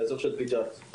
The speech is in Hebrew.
יש לנו את תראבין,